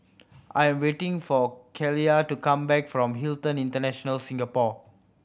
I am waiting for Keila to come back from Hilton International Singapore